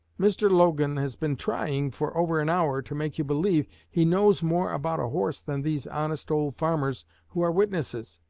mr. logan has been trying for over an hour to make you believe he knows more about a horse than these honest old farmers who are witnesses.